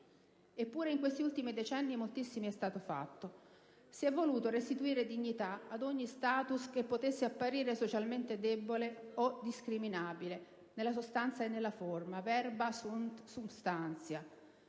Eppure in questi ultimi decenni moltissimo è stato fatto: si è voluto restituire dignità ad ogni *status* che potesse apparire socialmente debole o discriminabile, nella sostanza e nella forma, *verba sunt